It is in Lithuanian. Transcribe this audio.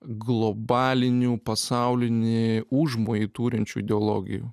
globalinių pasaulinį užmojį turinčių ideologijų